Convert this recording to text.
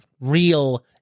real